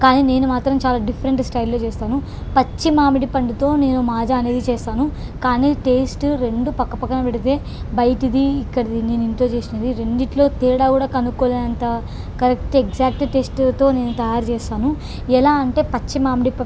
కానీ నేను మాత్రం చాలా డిఫరెంట్ స్టైల్లో చేస్తాను పచ్చిమామిడి పండుతో నేను మాజా అనేది చేస్తాను కానీ టేస్ట్ రెండు పక్క పక్కన పెడితే బయటది ఇక్కడిది నేను ఇంట్లో చేసినది రెండింటిలో తేడా కూడా కనుకోలేనంత కరెక్ట్ ఎగ్జాక్ట్ టేస్ట్తో నేను తయారు చేస్తాను ఎలా అంటే పచ్చి మామిడి ప